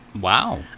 Wow